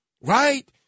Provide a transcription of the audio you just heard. right